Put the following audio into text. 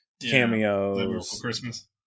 cameos